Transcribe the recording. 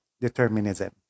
determinism